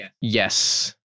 Yes